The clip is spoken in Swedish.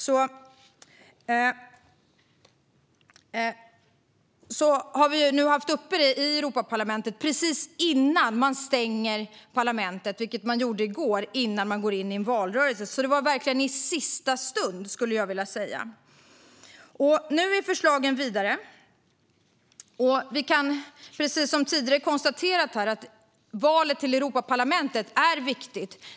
Det har nu varit uppe i Europaparlamentet, precis innan man stänger parlamentet, vilket man gjorde i går, för att gå in i valrörelsen. Det var verkligen i sista stund. Nu är förslagen vidare. Som tidigare konstaterats här är valet till Europaparlamentet viktigt.